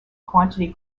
quantity